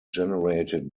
generated